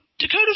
Dakota